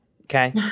okay